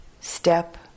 Step